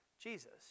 Jesus